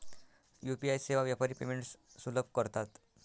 UPI सेवा व्यापारी payments सुलभ करतात